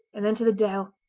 and then to the de'il!